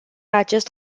acest